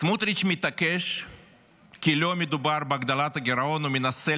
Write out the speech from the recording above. סמוטריץ' מתעקש כי לא מדובר בהגדלת הגירעון ומנסה